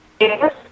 Yes